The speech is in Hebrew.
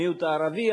המיעוט הערבי,